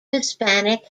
hispanic